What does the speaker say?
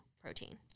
protein